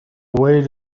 way